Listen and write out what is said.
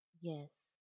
Yes